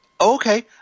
Okay